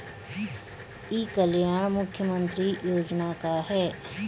ई कल्याण मुख्य्मंत्री योजना का है?